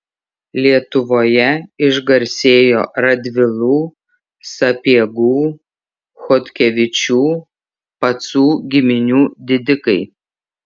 lietuvoje išgarsėjo radvilų sapiegų chodkevičių pacų giminių didikai